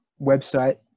website